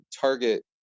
Target